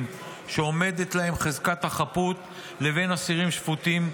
שעומדת להם חזקת החפות לבין אסירים שפוטים,